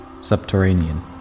Subterranean